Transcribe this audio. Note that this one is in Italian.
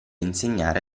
insegnare